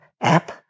app